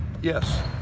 Yes